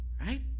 right